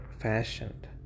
fashioned